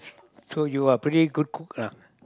so you are pretty good cook ah